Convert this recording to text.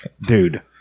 Dude